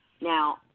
Now